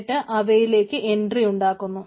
എന്നിട്ട് അവയിലേക്ക് എൻട്രി ഉണ്ടാക്കുന്നു